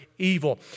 evil